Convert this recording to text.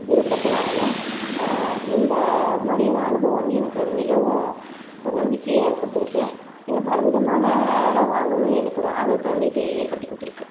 விருப்பப்பட்டு வாங்கினேன் இந்த மாதிரியான அனுபவம் வந்து எனக்கு மிகவும் ஒரு நம்பிக்கையை கொடுத்துருக்கு இன்னும் பல விதமான எல்லாம் வாங்கணுன்னு எனக்கு ஒரு ஆர்வத்தை வந்து இது ஏற்படுத்தி கொடுத்துருக்கு